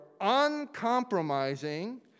uncompromising